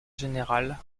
général